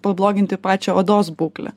pabloginti pačią odos būklę